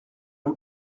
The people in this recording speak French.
mon